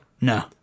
no